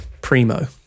primo